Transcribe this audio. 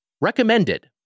Recommended